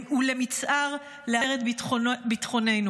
ולמצער, לערער את ביטחוננו.